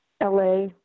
LA